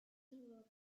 through